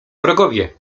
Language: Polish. wrogowie